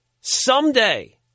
someday